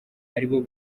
aribo